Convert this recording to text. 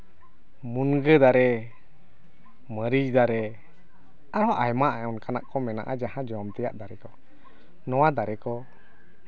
ᱢᱩᱱᱜᱟᱹ ᱫᱟᱨᱮ ᱢᱟᱹᱨᱤᱪ ᱫᱟᱨᱮ ᱟᱨᱦᱚᱸ ᱟᱭᱢᱟ ᱚᱱᱠᱟᱱᱟᱜ ᱠᱚ ᱢᱮᱱᱟᱜᱼᱟ ᱡᱟᱦᱟᱸ ᱡᱚᱢ ᱛᱮᱭᱟᱜ ᱫᱟᱨᱮ ᱠᱚ ᱱᱚᱣᱟ ᱫᱟᱨᱮ ᱠᱚ